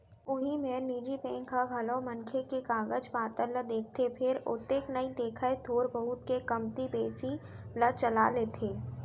उही मेर निजी बेंक ह घलौ मनखे के कागज पातर ल देखथे फेर ओतेक नइ देखय थोर बहुत के कमती बेसी ल चला लेथे